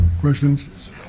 questions